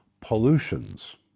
pollutions